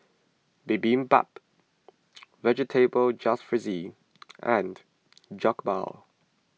Bibimbap Vegetable Jalfrezi and Jokbal